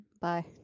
Bye